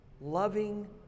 loving